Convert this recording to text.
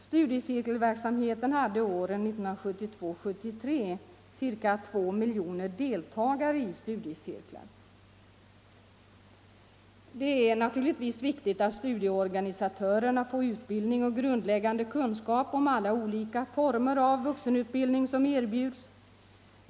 Studiecirkelverksamheten hade under åren 1972-1973 ca 2 miljoner deltagare. Det är naturligtvis viktigt att studieorganisatörerna får utbildning och grundläggande kunskap om alla de olika former av vuxenutbildning som erbjuds.